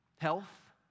Health